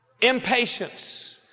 Impatience